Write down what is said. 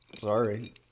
Sorry